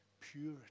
purity